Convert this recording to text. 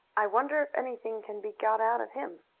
i wonder if anything can be got out of him,